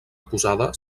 acusada